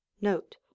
note